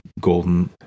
golden